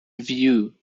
view